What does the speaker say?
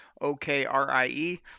O-K-R-I-E